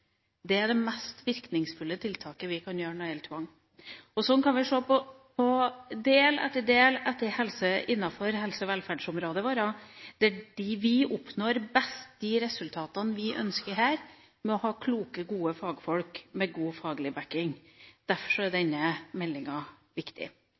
Det er det mest virkningsfulle tiltaket vi kan sette inn når det gjelder tvang. Slik kan vi ta del etter del innenfor helse- og velferdsområdet – vi oppnår best de resultatene vi ønsker her, ved å ha kloke, gode fagfolk med god faglig bakking. Derfor er